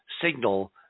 signal